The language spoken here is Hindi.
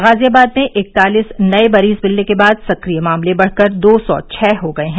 गाजियाबाद में इकतालीस नए मरीज मिलने के बाद सक्रिय मामले बढ़ कर दो सौ छः हो गए हैं